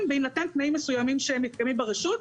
בהינתן תנאים מסוימים שמתקיימים ברשות.